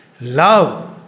love